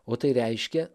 o tai reiškia